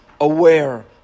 aware